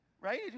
Right